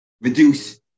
reduce